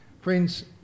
Friends